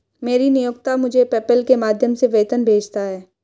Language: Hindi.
मेरा नियोक्ता मुझे पेपैल के माध्यम से वेतन भेजता है